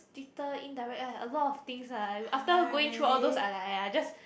Twitter indirect ah a lot of things ah after going through all those I like !aiya! just